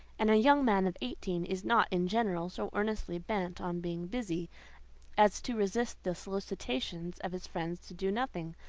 and a young man of eighteen is not in general so earnestly bent on being busy as to resist the solicitations of his friends to do nothing.